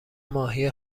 ماهی